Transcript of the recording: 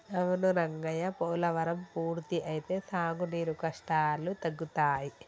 అవును రంగయ్య పోలవరం పూర్తి అయితే సాగునీరు కష్టాలు తగ్గుతాయి